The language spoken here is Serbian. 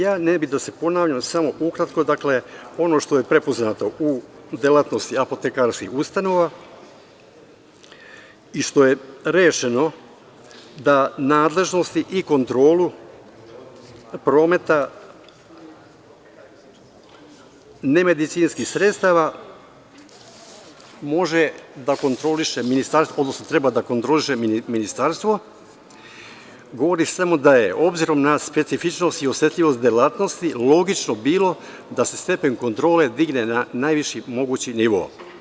Ja ne bih da se ponavljam, ali samo ukratko ono što je prepoznato u delatnosti apotekarskih ustanova i što je rešeno da nadležnosti i kontrolu prometa nemedicinskih sredstava može da kontroliše ministarstvo, odnosno treba da kontroliše ministarstvo, to govori samo da je, obzirom na specifičnost i osetljivost delatnosti, logično bilo da se stepen kontrole digne na najviši mogući nivo.